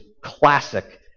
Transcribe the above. classic